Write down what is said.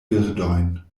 birdojn